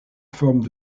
forme